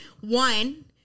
One